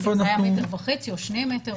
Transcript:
זה היה מטר וחצי, או שני מטר.